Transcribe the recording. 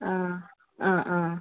അ അ അ